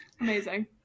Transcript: Amazing